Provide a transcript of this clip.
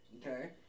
Okay